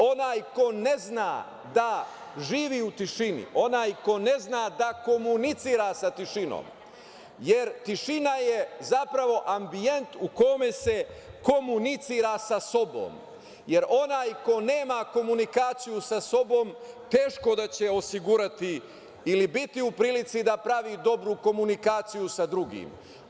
Onaj ko ne zna da živi u tišini, onaj ko ne zna da komunicira sa tišinom, jer tišina je zapravo ambijent u kome se komunicira sa sobom, jer onaj ko nema komunikaciju sa sobom teško da će osigurati ili biti u prilici da pravi dobru komunikaciju sa drugim.